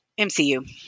MCU